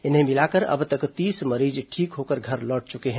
इन्हें मिलाकर अब तक तीस मरीज ठीक होकर घर लौट चुके हैं